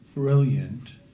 brilliant